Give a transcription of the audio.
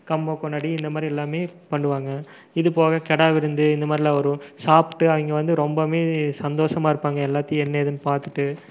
கம்பம் கொண்டாடி இந்த மாதிரி எல்லாமே பண்ணுவாங்கள் இது போக கெடா விருந்து இந்த மாதிரிலாம் வரும் சாப்பிட்டு அவங்க வந்து ரொம்பவுமே சந்தோசமாக இருப்பாங்கள் எல்லாத்தையும் என்ன எதுன்னு பார்த்துட்டு